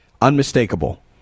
unmistakable